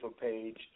page